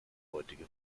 heutige